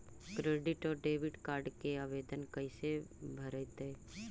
Credit और debit card के आवेदन कैसे भरैतैय?